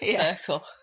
circle